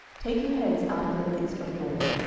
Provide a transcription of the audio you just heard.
take you hence out of the midst of jordan,